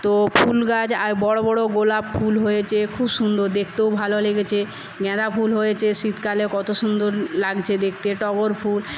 তো ফুলগাছ বড়ো বড়ো গোলাপ ফুল হয়েছে খুব সুন্দর দেখতেও ভালো লেগেছে গাঁদা ফুল হয়েছে শীতকালে কত সুন্দর লাগছে দেখতে টগর ফুল